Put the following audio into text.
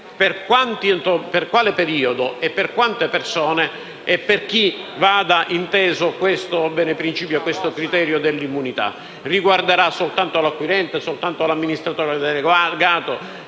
per quale periodo, per quante persone e per chi vada esteso questo criterio dell'immunità. Riguarderà soltanto l'acquirente, solo l'amministratore delegato